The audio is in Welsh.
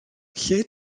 lle